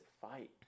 fight